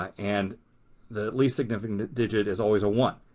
and the least significant digit is always a one.